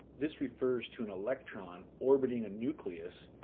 this refers to an electron orbiting a nucleus,